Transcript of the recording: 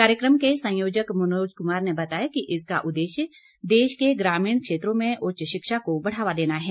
कार्यक्रम के संयोजक मनोज कुमार ने बताया कि इसका उदेश्य देश के ग्रामीण क्षेत्रों में उच्च शिक्षा को बढ़ावा देना है